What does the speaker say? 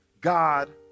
God